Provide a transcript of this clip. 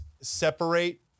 separate